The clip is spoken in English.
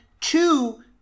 two